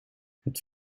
het